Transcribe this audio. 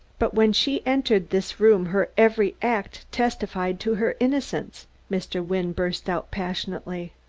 but when she entered this room her every act testified to her innocence, mr. wynne burst out passionately.